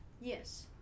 yes